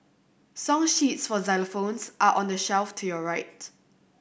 song sheets for xylophones are on the shelf to your right